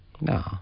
No